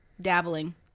dabbling